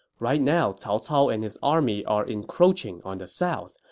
right now cao cao and his army are encroaching on the south,